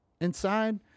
inside